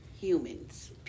humans